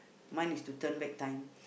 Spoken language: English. mine is to turn back time